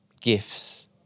gifts